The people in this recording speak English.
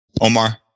Omar